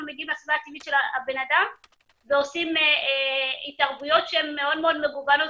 מגיעים לסביבה הטבעית של הבן אדם ועושים התערבויות שהן מאוד מאוד מגוונות,